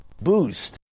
Boost